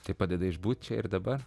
tai padeda išbūt čia ir dabar